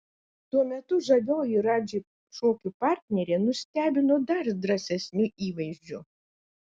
tuo metu žavioji radži šokių partnerė nustebino dar drąsesniu įvaizdžiu